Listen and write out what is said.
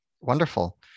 Wonderful